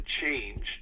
change